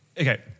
Okay